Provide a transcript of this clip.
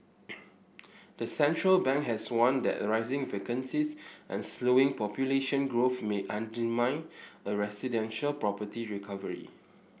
the central bank has warned that rising vacancies and slowing population growth may undermine a residential property recovery